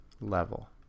level